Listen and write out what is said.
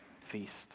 feast